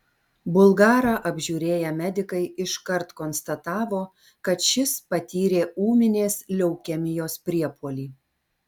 bulgarą apžiūrėję medikai iškart konstatavo kad šis patyrė ūminės leukemijos priepuolį